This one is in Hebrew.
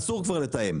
אסור כבר לתאם,